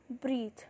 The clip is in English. breathe